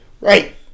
Right